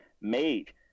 made